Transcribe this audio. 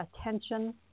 attention